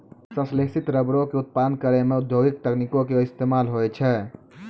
संश्लेषित रबरो के उत्पादन करै मे औद्योगिक तकनीको के इस्तेमाल होय छै